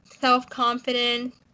self-confidence